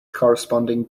corresponding